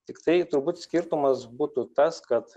tiktai turbūt skirtumas būtų tas kad